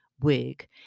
wig